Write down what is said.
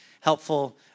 helpful